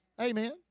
Amen